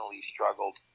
struggled